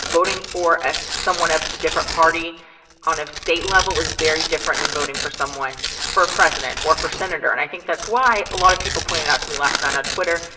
voting for ah someone of the different party on a state level is very different than voting for someone for president or for senator. and i think that's why a lot of people pointed out to me last night on twitter,